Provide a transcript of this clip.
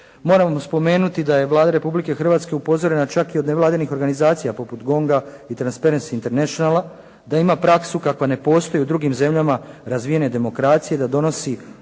Moram spomenuti da je Vlada Republike Hrvatske upozorena čak i od nevladinih organizacija poput GONG-a i Transparency International-a, da ima praksu kakva ne postoji u drugim zemljama razvijene demokracije da donosi